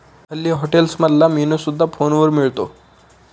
हल्ली हॉटेल्समधला मेन्यू सुद्धा फोनवर मिळतो